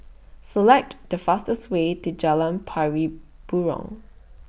Select The fastest Way to Jalan Pari Burong